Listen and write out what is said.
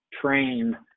train